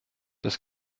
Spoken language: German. das